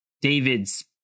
David's